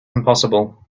impossible